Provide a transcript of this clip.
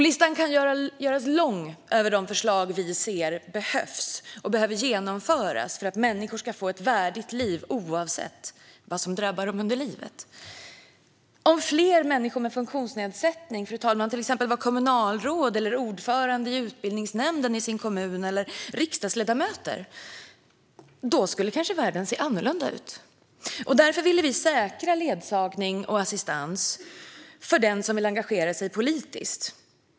Listan kan göras lång över de förslag vi ser behövs och behöver genomföras för att människor ska få ett värdigt liv oavsett vad som drabbar dem under livet. Fru talman! Om fler människor med funktionsnedsättning till exempel var kommunalråd, ordförande i utbildningsnämnden i sin kommun eller riksdagsledamot skulle kanske världen se annorlunda ut. Därför ville vi säkra ledsagning och assistans för den som vill engagera sig politiskt.